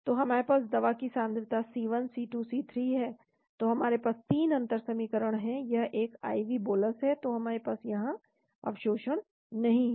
तो हमारे पास दवा की सांद्रता C1C2 C3 है तो हमारे पास 3 अंतर समीकरण हैं यह एक IV बोलस है तो हमारे पास यहां अवशोषण नहीं है